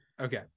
Okay